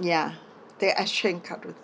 ya the exchange curren~